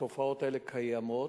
התופעות האלה קיימות,